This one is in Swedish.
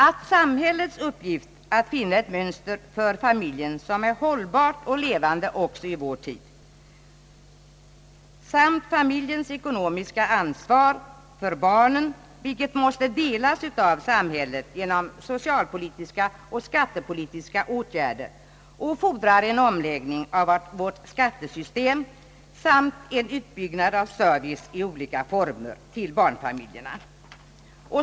Det gäller för samhället att finna ett mönster för familjen, som är hållbart och levande också i vår tid. Familjens ekonomiska ansvar för barnen måste delas av samhället genom socialpolitiska och skattepolitiska åtgärder. Det fordrar en omläggning av vårt skattesystem samt en utbyggnad av servicen i olika former till barnfamiljerna.